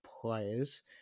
players